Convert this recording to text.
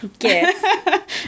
Yes